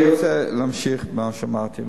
אני רוצה להמשיך במה שאמרתי.